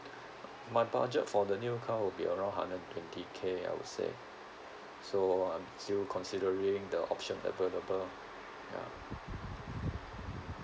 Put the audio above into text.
my budget for the new car would be around hundred and twenty K I would say so I'm still considering the option available ya